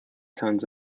tons